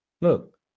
Look